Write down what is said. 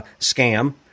scam